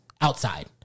outside